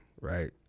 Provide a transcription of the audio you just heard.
right